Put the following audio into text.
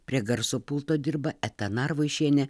prie garso pulto dirba eta narvaišienė